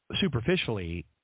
superficially